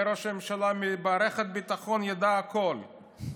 אומר ראש הממשלה: מערכת הביטחון ידעה הכול.